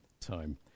time